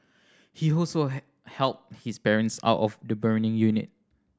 he also helped his parents out of the burning unit